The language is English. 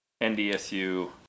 NDSU